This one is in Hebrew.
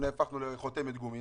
שהפכנו לחותמת גומי.